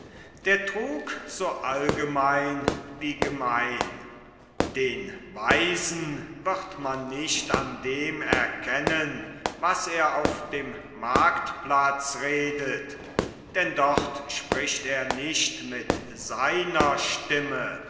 der trug so allgemein wie gemein den weisen wird man nicht an dem erkennen was er auf dem marktplatz redet denn dort spricht er nicht mit seiner stimme